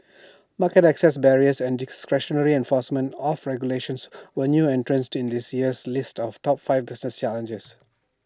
market access barriers and discretionary enforcement of regulations were new entrants in this year's list of top five business challenges